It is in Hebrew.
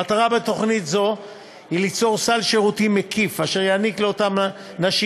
המטרה בתוכנית זו היא ליצור סל שירותים מקיף אשר יעניק לאותן הנשים